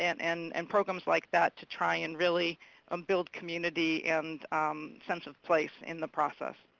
and and and programs like that, to try and really um build community and a sense of place in the process.